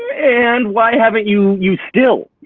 and why haven't you you still?